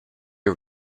are